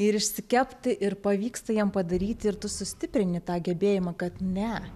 ir išsikepti ir pavyksta jiem padaryti ir tu sustiprini tą gebėjimą kad ne